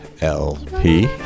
LP